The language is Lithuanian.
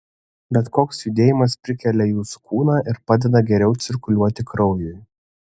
bet koks judėjimas prikelia jūsų kūną ir padeda geriau cirkuliuoti kraujui